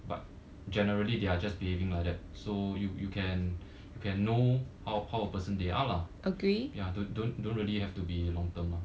but generally they are just behaving like that so you you can you can know how how a person they are lah ya don't don't don't really have to be long term